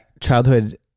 childhood